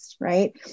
right